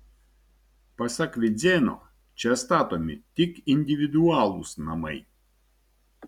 pasak vidzėno čia statomi tik individualūs namai